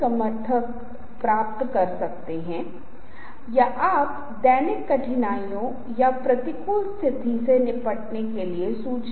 लेकिन हम कहें कि हम ऐसे लोगों के लिए एक प्रस्तुति दे रहे हैं जो आपकी बात नहीं सुनेंगे